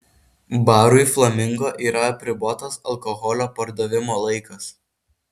barui flamingo yra apribotas alkoholio pardavimo laikas